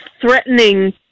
threatening